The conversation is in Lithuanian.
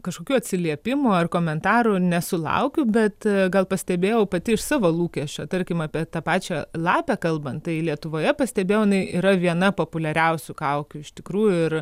kažkokių atsiliepimų ar komentarų nesulaukiu bet gal pastebėjau pati iš savo lūkesčio tarkim apie tą pačią lapę kalban tai lietuvoje pastebėjau jinai yra viena populiariausių kaukių iš tikrųjų ir